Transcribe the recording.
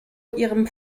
ihrem